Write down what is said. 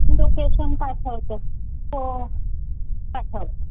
location पाठवते हो पाठव